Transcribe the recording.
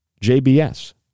JBS